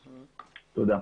תודה.